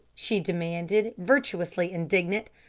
she demanded, virtuously indignant,